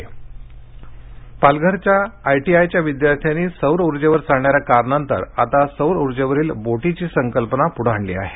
सौर ऊर्जेवरील बोट पालघरच्या आयटीआयच्या विद्यार्थ्यांनी सौर ऊर्जेवर चालणाऱ्या कारनंतर आता सौर ऊर्जेवरील बोटीची संकल्पना पुढे आणली आहे